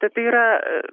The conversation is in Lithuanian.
tad tai yra